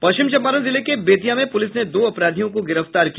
पश्चिम चंपारण जिले के बेतिया में पूलिस ने दो अपराधियों को गिरफ्तार किया